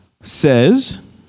says